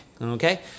okay